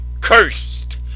cursed